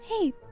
hey